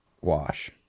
wash